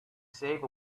save